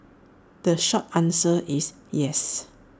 the short answer is yes